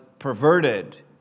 Perverted